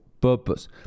purpose